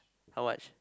how much